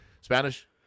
Spanish